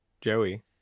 joey